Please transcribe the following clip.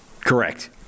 Correct